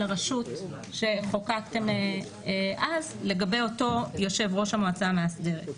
הרשות שחוקקתם אז לגבי אותו יושב-ראש המועצה המאסדרת.